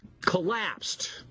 collapsed